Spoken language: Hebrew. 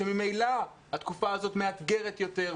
כשממילא התקופה הזאת מאתגרת יותר,